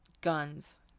Guns